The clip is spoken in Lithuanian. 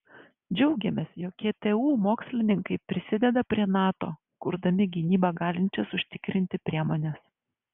džiaugiamės jog ktu mokslininkai prisideda prie nato kurdami gynybą galinčias užtikrinti priemones